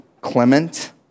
Clement